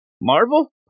Marvel